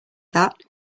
that